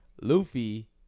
Luffy